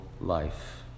life